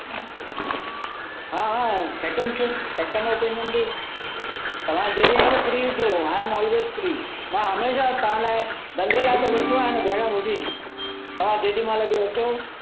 हा हा second shift second opinion बि तव्हां जेॾीमहिल फ्री हुजो आइ ऐम ऑलवेज़ फ्री मां हमेशह तव्हां लाइ धंदे लाइ त वेठो आहियां न भेण मुंहिंजी तव्हां जेॾीमहिल बि अचो